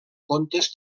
contes